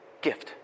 gift